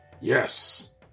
Yes